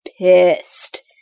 pissed